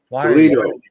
Toledo